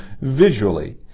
visually